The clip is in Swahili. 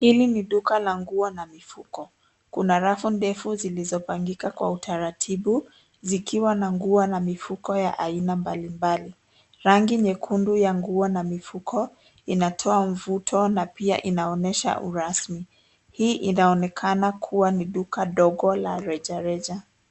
Hili ni duka la nguo na mifuko. Kuna rafu ndefu zilizopangika kwa utaratibu zikiwa na nguo na mifuko ya aina mbalimbali. Rangi nyekundu ya nguo na mifuko inatoa mvuto na pia inaonyesha urasmi. Hii inaonekana kuwa ni duka ndogo la rejareja.